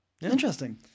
interesting